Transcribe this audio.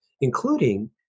including